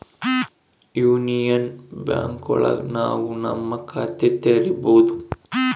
union Bank ಒಳಗ ನಾವ್ ನಮ್ ಖಾತೆ ತೆರಿಬೋದು